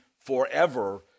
forever